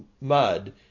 mud